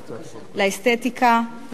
לאסתטיקה,